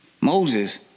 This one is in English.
Moses